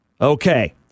Okay